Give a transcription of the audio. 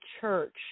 church